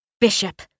Bishop